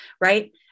right